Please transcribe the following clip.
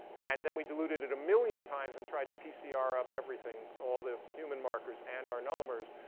and then we diluted it a million times and tried to pcr up everything, all the human markers and our nullimers,